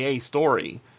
story